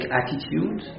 attitude